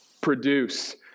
produce